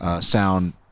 sound